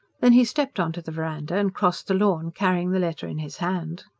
then he stepped on to the verandah and crossed the lawn, carrying the letter in his hand.